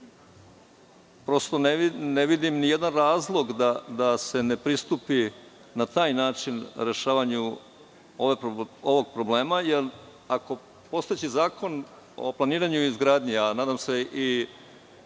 Prosto ne vidim ni jedan razlog da se ne pristupi na taj način rešavanju ovog problema, jer ako postojeći Zakon o planiranju i izgradnji, a nadam se i